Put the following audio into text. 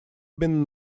been